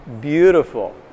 beautiful